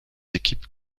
équipes